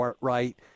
right